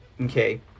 Okay